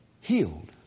healed